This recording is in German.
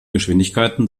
geschwindigkeiten